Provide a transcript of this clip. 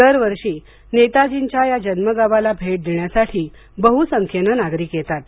दरवर्षी नेतार्जीच्या या जन्मगावाला भेट देण्यासाठी बहुसंख्येने नागरिक येतात